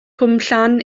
cwmllan